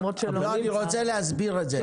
אני רוצה להסביר את זה.